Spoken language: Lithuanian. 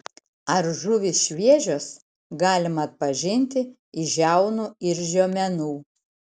ar žuvys šviežios galima atpažinti iš žiaunų ir žiomenų